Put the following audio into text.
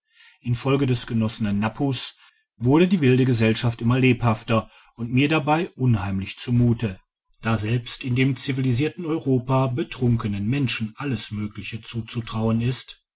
infolge des genossenen napus wurde die wilde gesellschaft immer lebhafter und mir dabei unheimlich zu mute da selbst in dem zivilisierten europa betrunkenen menschen alles mögliche zuzutrauen ist